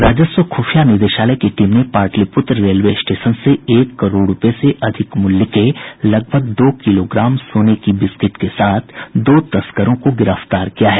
राजस्व खुफिया निदेशालय की टीम ने पाटलिपुत्र रेलवे स्टेशन से एक करोड़ रूपये से अधिक मूल्य के लगभग दो किलोग्राम सोने की बिस्किट के साथ दो तस्करों को गिरफ्तार किया है